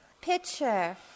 picture